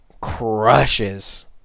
crushes